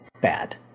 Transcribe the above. bad